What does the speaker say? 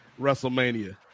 WrestleMania